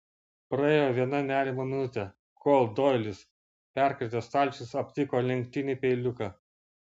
praėjo viena nerimo minutė kol doilis perkratęs stalčius aptiko lenktinį peiliuką